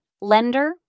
lender